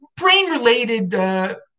Brain-related